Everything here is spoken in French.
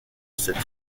cette